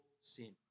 sin